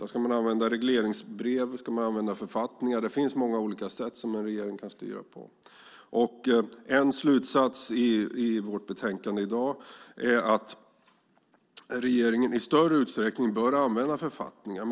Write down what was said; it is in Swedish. Ska man använda regleringsbrev eller författningar? En regering kan styra på många olika sätt. En slutsats i betänkandet är att regeringen i större utsträckning bör använda författningar.